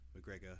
McGregor